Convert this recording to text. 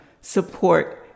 support